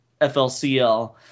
FLCL